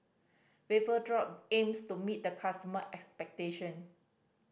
vapodrop aims to meet the customer expectation